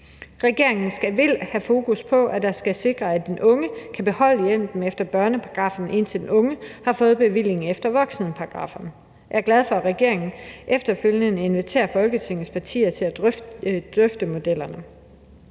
Regeringen vil have fokus på, at det skal sikres, at den unge kan beholde hjælpen efter børneparagraffen, indtil den unge har fået bevilling efter voksenparagrafferne. Jeg er glad for, at regeringen efterfølgende inviterer Folketingets partier til at drøfte modellerne.